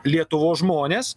lietuvos žmonės